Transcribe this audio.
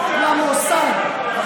למוסד.